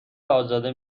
ازاده